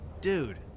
Dude